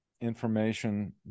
information